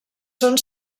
són